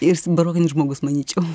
jis barokinis žmogus manyčiau